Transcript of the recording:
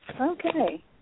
Okay